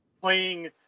playing